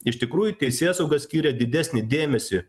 iš tikrųjų teisėsauga skiria didesnį dėmesį